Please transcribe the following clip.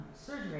surgery